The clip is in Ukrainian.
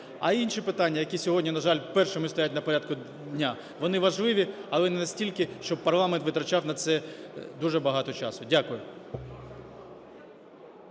А інші питання, які сьогодні, на жаль, першими стоять на порядку дня, вони важливі, але не настільки, щоб парламент витрачав на це дуже багато часу. Дякую.